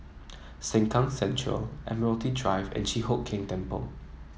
Sengkang Central Admiralty Drive and Chi Hock Keng Temple